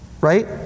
Right